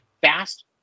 fast